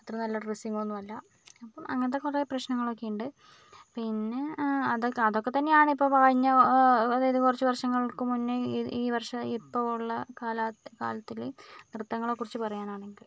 അത്രനല്ല ഡ്രസ്സിങ്ങോന്നും അല്ല അപ്പം അങ്ങനത്തെ കുറെ പ്രശ്നങ്ങളൊക്കെയുണ്ട് പിന്നെ ആ അതൊക്കെ അതൊക്കെ തന്നെയാണ് ഇപ്പോൾ ഓ ഓ അതായത് കുറച്ച് വർഷങ്ങൾക്ക് മുൻപെ ഇത് ഈ വർഷം ഇപ്പം ഉള്ള കാലത്തെ കാലത്തിൽ നൃത്തങ്ങളെക്കുറിച്ച് പറയാനാണെങ്കിൽ